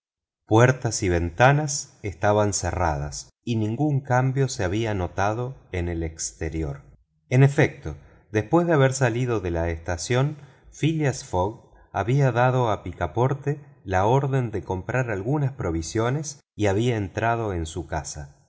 puertas y ventanas estaban cerradas y ningún cambio se había notado en el exterior en efecto después de haber salido de la estación phileas fogg había dado a picaporte la orden de comprar algunas provisiones y había entrado en su casa